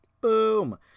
boom